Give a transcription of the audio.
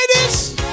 Ladies